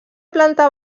planta